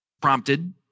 Prompted